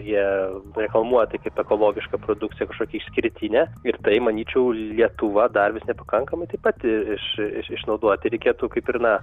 jie reklamuoja tai kaip ekologišką produkciją kažkokią išskirtinę ir tai manyčiau lietuva dar vis nepakankamai taip pat ir iš išnaudoti reikėtų kaip ir na